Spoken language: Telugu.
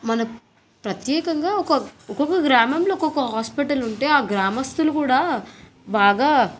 మనకు ప్రత్యేకంగా ఒక ఒక్కొక్క గ్రామంలో ఒక్కొక్క హాస్పిటలు ఉంటే ఆ గ్రామస్తులు కూడా బాగా